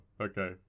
okay